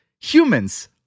humans